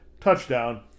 TOUCHDOWN